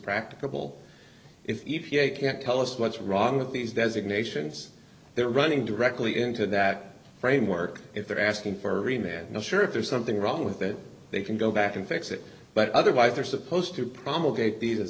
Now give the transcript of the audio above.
practicable if you can't tell us what's wrong with these designations they're running directly into that framework if they're asking for the man not sure if there's something wrong with that they can go back and fix it but otherwise they're supposed to promulgated these